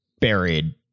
buried